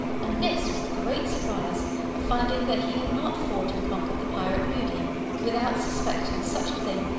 and this was the great surprise of finding that he had not fought and conquered the pirate moody without suspecting such a thing,